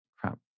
Crap